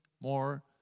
more